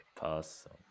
person